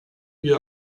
wir